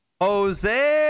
Jose